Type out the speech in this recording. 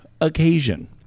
occasion